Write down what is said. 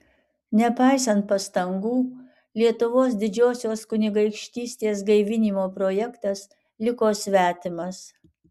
nepaisant pastangų lietuvos didžiosios kunigaikštystės gaivinimo projektas liko svetimas